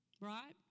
right